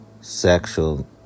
sexual